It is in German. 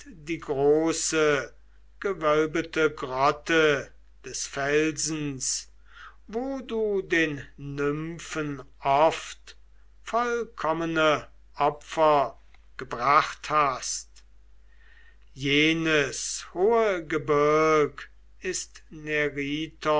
die große gewölbete grotte des felsens wo du den nymphen oft vollkommene opfer gebracht hast jenes hohe gebirg ist